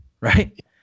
right